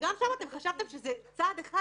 גם פה חשבתם שזה צעד אחד